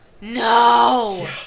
No